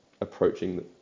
approaching